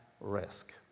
risk